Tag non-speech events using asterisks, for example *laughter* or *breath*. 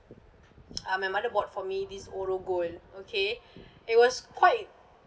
uh my mother bought for me this orogold okay *breath* it was quite